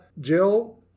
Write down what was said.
Jill